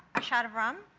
a shot of rum.